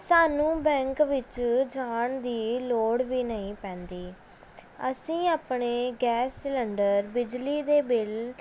ਸਾਨੂੰ ਬੈਂਕ ਵਿੱਚ ਜਾਣ ਦੀ ਲੋੜ ਵੀ ਨਹੀਂ ਪੈਂਦੀ ਅਸੀਂ ਆਪਣੇ ਗੈਸ ਸਿਲੰਡਰ ਬਿਜਲੀ ਦੇ ਬਿਲ